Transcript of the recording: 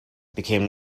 became